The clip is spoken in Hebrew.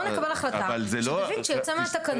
בוא נקבל החלטה שדה וינצ'י יוצא מהתקנות,